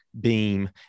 beam